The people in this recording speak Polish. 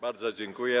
Bardzo dziękuję.